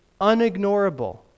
unignorable